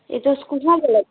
ऐ तुस कुथुआं बोला दियां